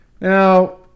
Now